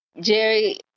Jerry